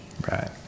Right